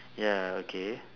ya okay